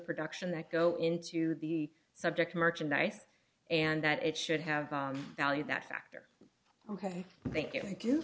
production that go into the subject merchandise and that it should have value that factor ok thank you thank you